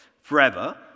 forever